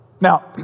Now